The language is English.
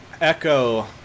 echo